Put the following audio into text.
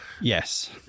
Yes